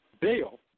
Bail